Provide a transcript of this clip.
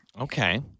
Okay